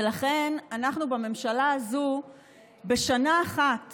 ולכן אנחנו בממשלה הזאת בשנה אחת